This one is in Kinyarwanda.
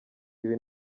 ibi